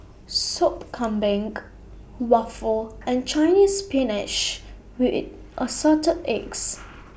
Soup Kambing Waffle and Chinese Spinach with Assorted Eggs